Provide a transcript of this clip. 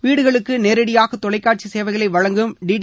வீடுகளுக்கு நேரடியாக தொலைக்காட்சி சேவைகளை வழங்கும் டிடி